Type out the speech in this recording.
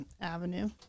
avenue